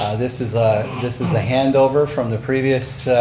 this is ah this is a hand over from the previous,